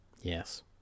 Yes